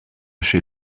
chez